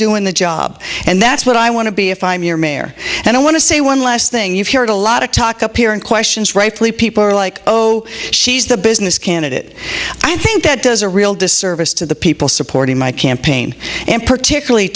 doing the job and that's what i want to be if i'm your mayor and i want to say one last thing you've heard a lot of talk up here and questions rightly people are like oh she's the business candidate i think that does a real disservice to the people supporting my campaign and particularly